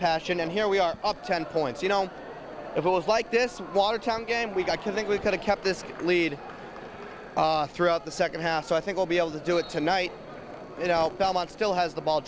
passion and here we are up ten points you know it was like this watertown game we got to think we could have kept this lead throughout the second half so i think we'll be able to do it tonight you know belmont still has the ball